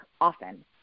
often